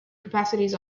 capacities